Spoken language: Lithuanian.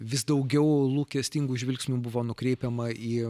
vis daugiau lūkestingų žvilgsnių buvo nukreipiama į